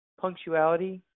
punctuality